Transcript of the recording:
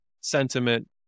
sentiment